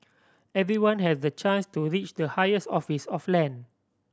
everyone has the chance to reach the highest office of land